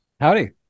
Howdy